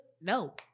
No